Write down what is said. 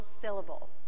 syllable